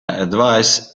advice